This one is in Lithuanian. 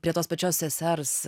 prie tos pačios sesers